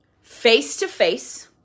face-to-face